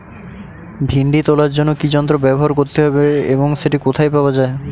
ভিন্ডি তোলার জন্য কি যন্ত্র ব্যবহার করতে হবে এবং সেটি কোথায় পাওয়া যায়?